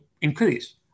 increase